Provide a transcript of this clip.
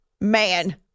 Man